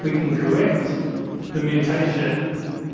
we can correct the mutation